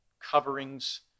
coverings